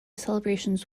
celebrations